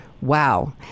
Wow